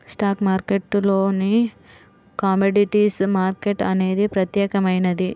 stock మార్కెట్టులోనే commodities market అనేది ప్రత్యేకమైనది